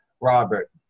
Robert